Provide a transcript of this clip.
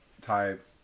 type